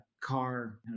car